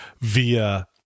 via